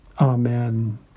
Amen